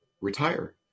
retire